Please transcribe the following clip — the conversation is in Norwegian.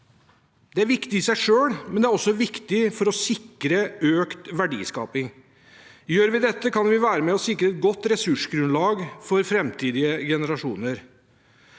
Det er viktig i seg selv, men det er også viktig for å sikre økt verdiskaping. Gjør vi dette, kan vi være med på å sikre et godt ressursgrunnlag for framtidige generasjoner.